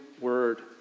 Word